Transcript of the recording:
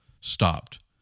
stopped